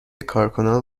کارکنان